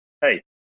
hey